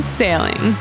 sailing